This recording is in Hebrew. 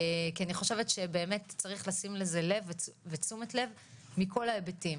כי אני חושבת שבאמת צריך לשים לזה לב ותשומת לב מכל ההיבטים,